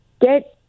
get